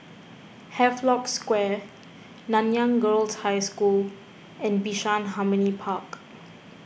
Havelock Square Nanyang Girls' High School and Bishan Harmony Park